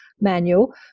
manual